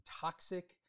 toxic